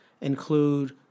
include